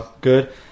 good